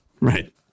right